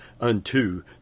unto